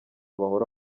bahora